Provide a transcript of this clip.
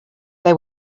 they